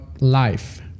life